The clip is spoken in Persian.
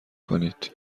کنید